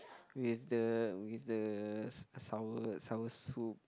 with the with the sour sour soup